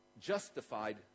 Justified